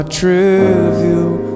trivial